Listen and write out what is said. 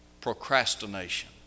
procrastination